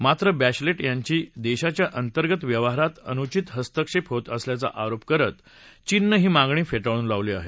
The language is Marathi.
मात्र बध्येलेट यांची देशाच्या अंतर्गत व्यवहारात अनुचित हस्तक्षेप होत असल्याचा आरोप करत चीननं ही मागणी फेटाळून लावली आहे